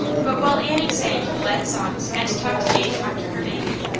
but while annie sang glad songs and talked gay talk to her baby,